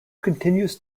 continues